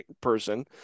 person